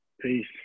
Peace